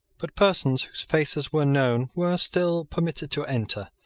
but persons faces were known were still permitted to enter.